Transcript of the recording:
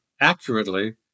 accurately